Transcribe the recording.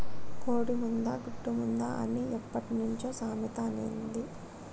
కోడి ముందా, గుడ్డు ముందా అని ఎప్పట్నుంచో సామెత అనేది